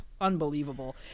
Unbelievable